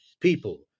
people